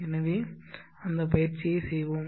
எனவே அந்த பயிற்சியை செய்வோம்